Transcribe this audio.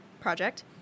Project